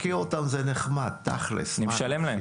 מכיר אותם זה נחמד, תכל'ס, מה עושים?